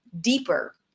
deeper